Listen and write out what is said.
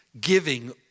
giving